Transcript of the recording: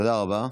תודה רבה.